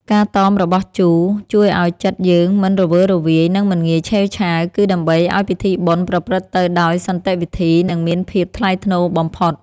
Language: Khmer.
ការតមរបស់ជូរជួយឱ្យចិត្តយើងមិនរវើរវាយនិងមិនងាយឆេវឆាវ គឺ ដើម្បីឱ្យពិធីបុណ្យប្រព្រឹត្តទៅដោយសន្តិវិធីនិងមានភាពថ្លៃថ្នូរបំផុត។